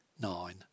nine